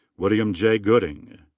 william j. gooding.